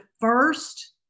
first